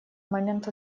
момент